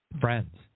friends